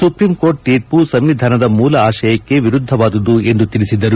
supreme court ತೀರ್ಮ ಸಂವಿಧಾನದ ಮೂಲ ಆಶಯಕ್ಕೆ ವಿರುದ್ದವಾದುದು ಎಂದು ತಿಳಿಸಿದರು